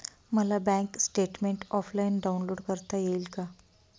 मला bank statement offline download करता येईल का?